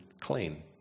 clean